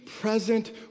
present